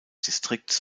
distrikts